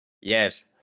Yes